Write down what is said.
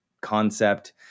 concept